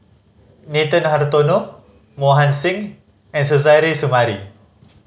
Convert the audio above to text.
Nathan Hartono Mohan Singh and Suzairhe Sumari